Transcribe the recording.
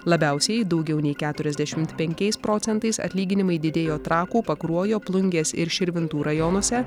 labiausiai daugiau nei keturiasdešimt penkiais procentais atlyginimai didėjo trakų pakruojo plungės ir širvintų rajonuose